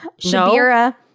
Shabira